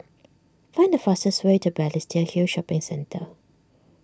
find the fastest way to Balestier Hill Shopping Centre